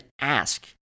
ask